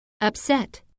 upset